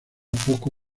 poco